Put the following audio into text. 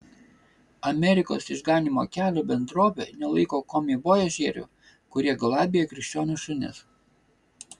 amerikos išganymo kelio bendrovė nelaiko komivojažierių kurie galabija krikščionių šunis